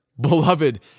Beloved